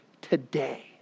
today